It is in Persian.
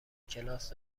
کلاس